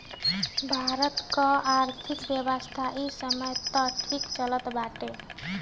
भारत कअ आर्थिक व्यवस्था इ समय तअ ठीक चलत बाटे